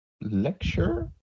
lecture